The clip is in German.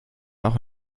auch